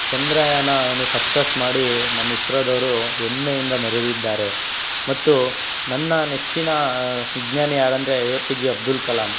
ಚಂದ್ರಯಾನನೂ success ಮಾಡಿ ನಮ್ಮ ಇಸ್ರೋದವರು ಹೆಮ್ಮೆಯಿಂದ ಮೆರೆದಿದ್ದಾರೆ ಮತ್ತು ನನ್ನ ನೆಚ್ಚಿನ ವಿಜ್ಞಾನಿ ಯಾರಂದರೆ A P J Abdul Kalam